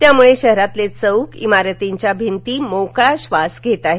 त्यामुळे शहरातले चौक इमारतींच्या भिंती मोकळा धास घेत आहेत